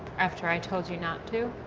after i told you not to.